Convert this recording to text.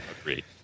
Agreed